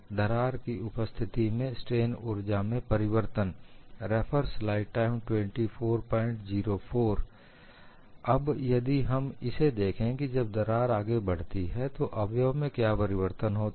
दरार की उपस्थिति में स्ट्रेन ऊर्जा में परिवर्तन अब यदि हम इसे देखें की जब दरार आगे बढ़ती है तो अवयव में क्या परिवर्तन होते हैं